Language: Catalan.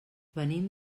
venim